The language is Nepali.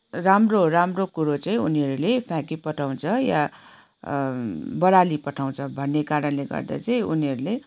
राम्रो राम्रो कुरोहरू चाहिँ उनीहरूले फ्याँकिपठाउँछ या बढारी पठाउँछ भन्ने कारणले गर्दा चाहिँ उनीहरूले